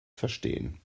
verstehen